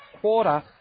quarter